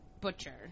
butcher